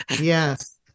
Yes